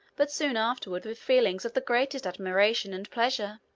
but soon afterward with feelings of the greatest admiration and pleasure.